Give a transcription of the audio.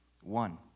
One